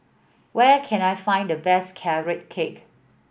where can I find the best Carrot Cake